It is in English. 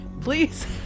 Please